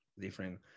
different